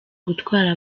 gutwara